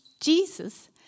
Jesus